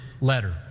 letter